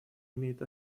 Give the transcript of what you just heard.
имеет